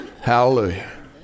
Hallelujah